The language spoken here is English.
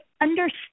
understand